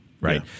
Right